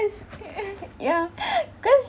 ya cause